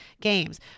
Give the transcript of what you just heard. games